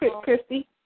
Christy